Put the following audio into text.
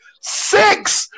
six